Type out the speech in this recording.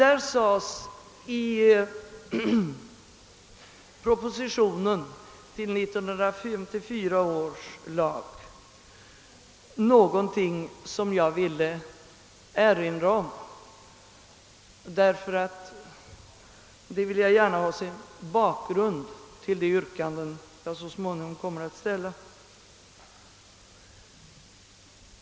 I propositionen till 1934 års lag skrevs det någonting som jag vill erinra om nu, eftersom jag vill ha det som bakgrund till de yrkanden som jag om en stund kommer att ställa.